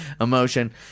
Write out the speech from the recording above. emotion